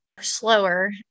slower